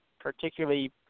particularly